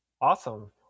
awesome